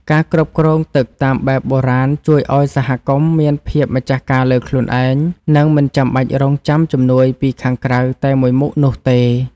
ការគ្រប់គ្រងទឹកតាមបែបបុរាណជួយឱ្យសហគមន៍មានភាពម្ចាស់ការលើខ្លួនឯង និងមិនចាំបាច់រង់ចាំជំនួយពីខាងក្រៅតែមួយមុខនោះទេ។